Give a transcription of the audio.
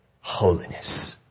holiness